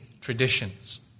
traditions